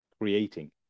creating